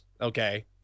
Okay